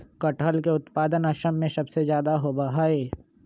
कटहल के उत्पादन असम में सबसे ज्यादा होबा हई